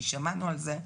כי שמענו על זה,